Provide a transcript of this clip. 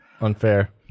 unfair